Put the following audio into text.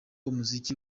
umuziki